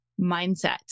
mindset